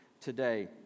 today